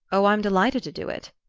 oh, i'm delighted to do it.